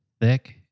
thick